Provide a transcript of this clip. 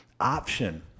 option